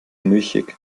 milchig